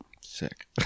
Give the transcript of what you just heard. Sick